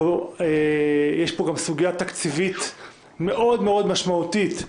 יש פה גם סוגיה תקציבית מאוד מאוד משמעותית,